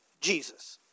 Jesus